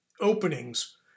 openings